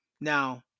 Now